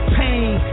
pain